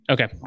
Okay